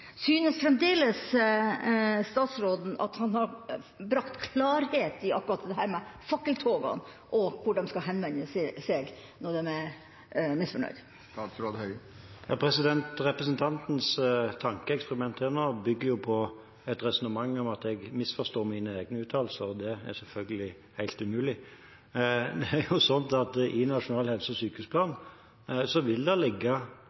Synes fremdeles statsråden at han har brakt klarhet i akkurat dette med fakkeltogene og hvor de skal henvende seg når de er misfornøyd? Representantens tankeeksperiment her nå bygger jo på et resonnement om at jeg misforstår mine egne uttalelser, og det er selvfølgelig helt umulig. Det er jo sånn at i nasjonal helse- og sykehusplan vil det ligge